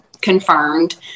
confirmed